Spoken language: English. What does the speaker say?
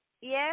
Yes